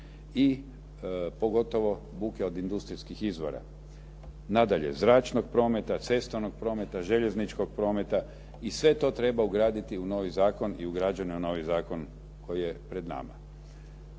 i pogotovo buke od industrijskih izvora, nadalje zračnog prometa, cestovnog prometa, željezničkog prometa i sve to treba ugraditi u novi zakon i ugrađeno je u novi zakon koji je pred nama.